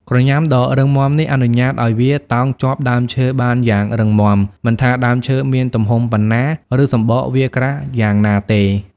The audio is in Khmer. ក្រញាំដ៏រឹងមាំនេះអនុញ្ញាតឲ្យវាតោងជាប់ដើមឈើបានយ៉ាងរឹងមាំ មិនថាដើមឈើមានទំហំប៉ុនណា ឬសំបកវាក្រាស់យ៉ាងណាទេ។